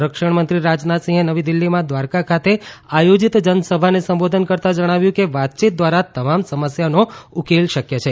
સંરક્ષણમંત્રી રાજનાથસિંહે નવી દિલ્હીમાં દ્વારકા ખાતે આયોજીત જનસભાને સંબોધન કરતા જણાવ્યું કે વાતચીત દ્વારા તમામ સમસ્યાઓનો ઉકેલ શક્ય છે